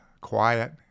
quiet